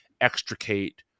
extricate